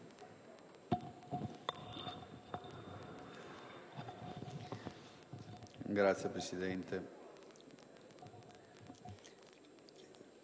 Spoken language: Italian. Grazie, Presidente.